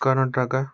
Karnataka